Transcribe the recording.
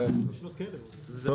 טוב.